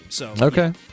Okay